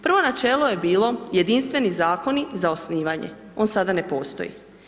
Prvo načelo je bilo jedinstveni zakoni za osnivanje, on sada ne postoji.